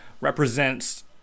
represents